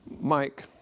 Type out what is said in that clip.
Mike